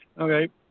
Okay